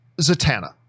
Zatanna